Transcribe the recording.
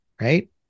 right